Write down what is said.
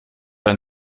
ein